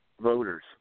voters